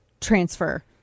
transfer